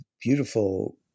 beautiful